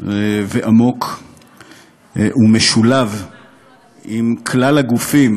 ועמוק ומשולב עם כלל הגופים